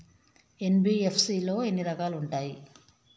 NBFC లో ఎన్ని రకాలు ఉంటాయి?